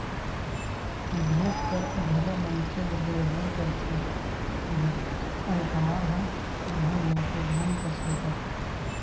भेंट कर घलो मनखे ल देय बर परथे जब ओ उपहार ह धन नइते धन कस हे तब